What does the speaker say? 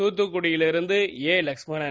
தாத்துக்குடியிலிருந்து Lakshmanan